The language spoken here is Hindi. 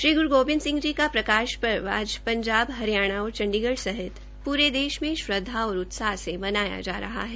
श्री ग्रू गोबिंद सिंह जी का प्रकाश पर्व आज पंजाब हरियाणा और चंडीगढ़ सहित पूरे देश में श्रद्वा और उत्साह से मनाया जा रहा है